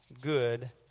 good